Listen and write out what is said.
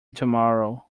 tomorrow